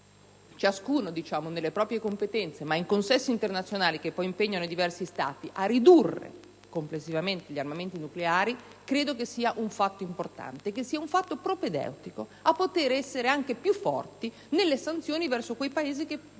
ciascuno nelle proprie competenze, ma in consessi internazionali che poi impegnano i diversi Stati, a ridurre complessivamente gli armamenti nucleari, credo sia importante e propedeutico per poter essere anche più forti nelle sanzioni verso quei Paesi che